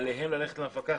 עליהם ללכת למפקחת?